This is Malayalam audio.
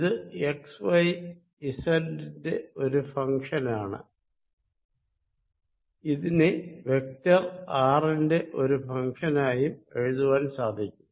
ഇത് എക്സ്വൈസെഡ് ന്റെ ഒരു ഫങ്ഷൻ ആണ് ഇതിനെ വെക്ടർ ആർ ന്റെ ഒരു ഫങ്ഷനായും എഴുതുവാൻ സാധിക്കും